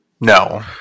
No